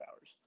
hours